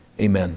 amen